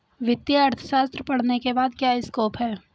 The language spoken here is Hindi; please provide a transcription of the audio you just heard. वित्तीय अर्थशास्त्र पढ़ने के बाद क्या स्कोप है?